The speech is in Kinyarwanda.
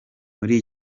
muri